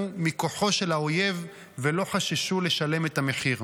מכוחו של האויב ולא חששו לשלם את המחיר.